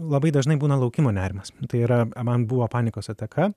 labai dažnai būna laukimo nerimas tai yra man buvo panikos ataka